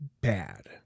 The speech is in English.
bad